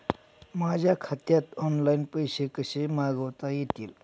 माझ्या खात्यात ऑनलाइन पैसे कसे मागवता येतील?